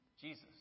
Jesus